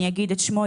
אני אגיד את שמו,